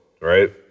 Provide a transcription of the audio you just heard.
right